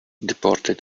deported